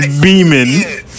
beaming